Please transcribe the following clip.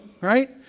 right